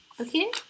Okay